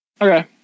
Okay